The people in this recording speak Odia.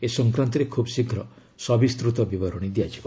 ଏ ସଂକ୍ରାନ୍ତରେ ଖୁବ୍ ଶୀଘ୍ର ସବିସ୍ତୃତ ବିବରଣୀ ଦିଆଯିବ